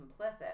complicit